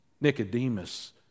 Nicodemus